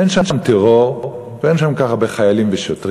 אין שם טרור ואין שם כל כך הרבה חיילים ושוטרים,